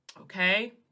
okay